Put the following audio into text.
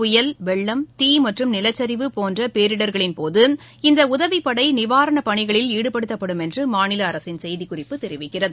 புயல் வெள்ளம் தீ மற்றும் நிலச்சிவு போன்ற பேரிடர்களின்போது இந்த உதவிப்படை நிவாரணப் பணிகளில் ஈடுபடுத்தப்படும் என்று மாநில அரசின் செய்திக்குறிப்பு தெரிவிக்கிறது